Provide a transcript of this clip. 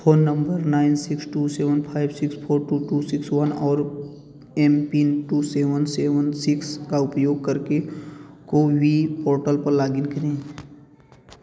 phone number nine six two seven five six four two two six one और M pin two seven seven six का उपयोग करके CoWIN portal पर log in करे